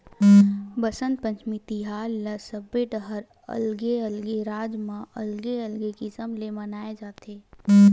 बसंत पंचमी तिहार ल सबे डहर अलगे अलगे राज म अलगे अलगे किसम ले मनाए जाथे